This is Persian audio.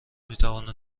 میتواند